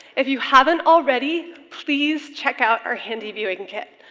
if you haven't already please check out our handy viewing kit.